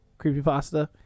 creepypasta